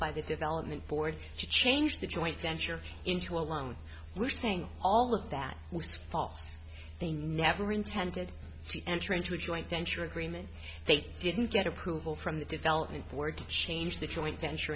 by the development board to change the joint venture into a one thing all of that fault they never intended to enter into a joint venture agreement they didn't get approval from the development board to change the joint venture